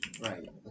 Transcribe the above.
Right